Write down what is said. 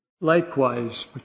likewise